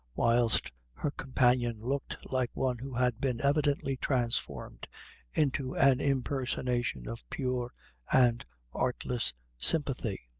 whilst her companion looked like one who had been evidently transformed into an impersonation of pure and artless sympathy.